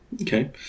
okay